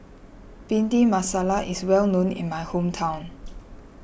Bhindi Masala is well known in my hometown